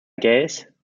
ägäis